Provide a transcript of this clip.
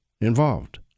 involved